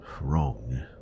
Wrong